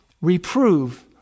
reprove